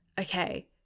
okay